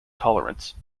tolerance